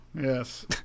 Yes